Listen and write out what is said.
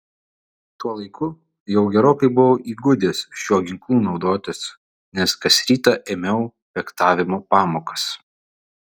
tuo laiku jau gerokai buvau įgudęs šiuo ginklu naudotis nes kas rytą ėmiau fechtavimo pamokas